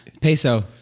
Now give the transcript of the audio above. peso